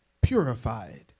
purified